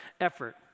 effort